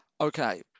Okay